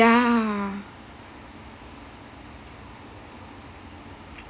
ya